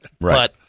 Right